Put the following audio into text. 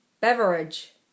Beverage